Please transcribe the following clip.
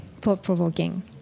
thought-provoking